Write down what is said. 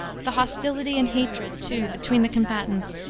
the hostility and hatred, too, between the combatants,